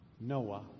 Noah